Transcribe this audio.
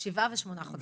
שבעה ושמונה חודשים.